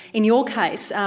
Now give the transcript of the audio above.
in your case,